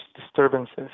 disturbances